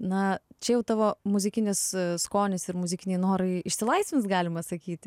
na čia jau tavo muzikinis skonis ir muzikiniai norai išsilaisvins galima sakyt